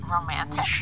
Romantic